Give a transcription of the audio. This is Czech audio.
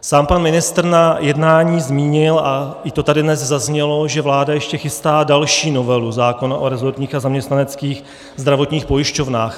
Sám pan ministr na jednání zmínil, a i to tady dnes zaznělo, že vláda ještě chystá další novelu zákona o resortních a zaměstnaneckých zdravotních pojišťovnách.